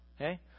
okay